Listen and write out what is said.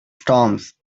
storms